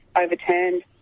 overturned